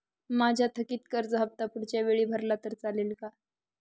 माझा थकीत कर्ज हफ्ता पुढच्या वेळी भरला तर चालेल का?